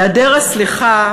היעדר הסליחה